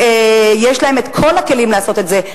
ויש להם כל הכלים לעשות את זה,